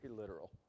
literal